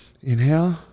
inhale